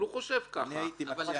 הייתי מציע